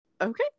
Okay